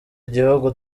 igihugu